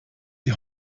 die